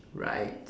right